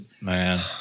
Man